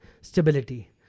stability